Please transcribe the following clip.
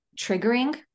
triggering